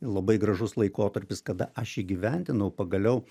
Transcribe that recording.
labai gražus laikotarpis kada aš įgyvendinau pagaliau